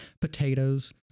potatoes